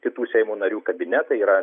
kitų seimo narių kabinetai yra